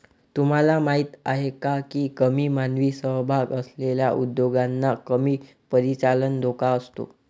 तुम्हाला माहीत आहे का की कमी मानवी सहभाग असलेल्या उद्योगांना कमी परिचालन धोका असतो?